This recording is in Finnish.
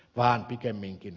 vaan pikemminkin